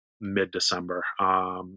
mid-December